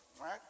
right